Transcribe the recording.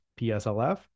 PSLF